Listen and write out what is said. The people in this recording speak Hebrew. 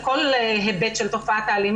כל הנתונים ולא רק כחוות דעת חיצוניות